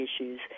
issues